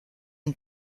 une